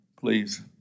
please